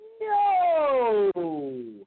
No